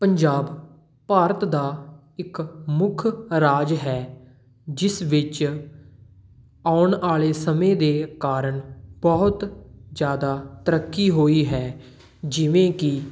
ਪੰਜਾਬ ਭਾਰਤ ਦਾ ਇੱਕ ਮੁੱਖ ਰਾਜ ਹੈ ਜਿਸ ਵਿੱਚ ਆਉਣ ਵਾਲੇ ਸਮੇਂ ਦੇ ਕਾਰਨ ਬਹੁਤ ਜ਼ਿਆਦਾ ਤਰੱਕੀ ਹੋਈ ਹੈ ਜਿਵੇਂ ਕਿ